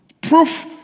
proof